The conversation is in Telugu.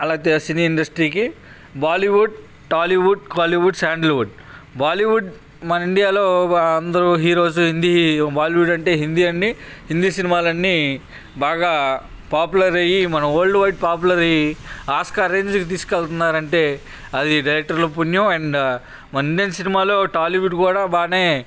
అలా అయితే సినీ ఇండస్ట్రీకి బాలీవుడ్ టాలీవుడ్ కాలీవుడ్ శాండిల్వుడ్ బాలీవుడ్ మన ఇండియాలో అందరు హీరోస్ హిందీ బాలీవుడ్ అంటే హిందీ అండీ హిందీ సినిమాలు అన్నీ బాగా పాపులర్ అయ్యి మనం ఓల్డ్ వైడ్ పాపులర్ అయ్యి ఆస్కార్ రేంజికి తీసుకు వెళ్తున్నారంటే అది డైరెక్టర్ల పుణ్యం అండ్ మన ఇండియన్ సినిమాలలో టాలీవుడ్ కూడా బాగానే